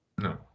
No